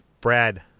Brad